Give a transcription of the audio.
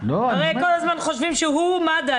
הרי כל הזמן חושבים שהוא מד"א.